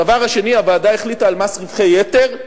הדבר השני, הוועדה המליצה על מס רווחי יתר,